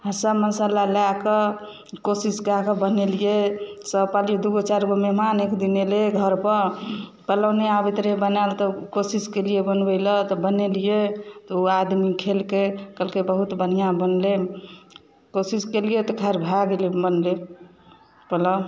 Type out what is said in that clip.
सब मसाला लए कऽ कोशिश कए कऽ बनेलियै सब पार्टी दू गो चारि गो मेहमान एक दिन अयलै घर पर पोलाव नहि आबैत रहै बनैल तऽ कोशिश केलियै बनबै लऽ तऽ बनेलियै तऽ ओ आदमी खेलकै कहलकै बहुत बढ़िऑ बनलै कोशिश केलिए तऽ खैर भऽ गेलै बनलै पुलाव